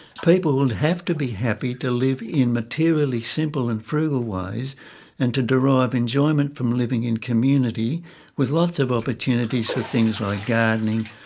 people would have to be happy to live in very materially simple and frugal ways and to derive enjoyment from living in community with lots of opportunities for things like gardening,